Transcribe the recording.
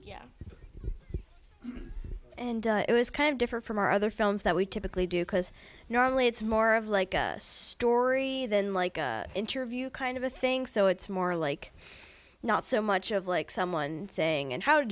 yeah and it was kind of different from our other films that we typically do because normally it's more of like a story than like an interview kind of a thing so it's more like not so much of like someone saying and how